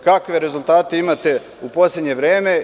Kakve rezultate imate u poslednje vreme?